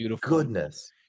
goodness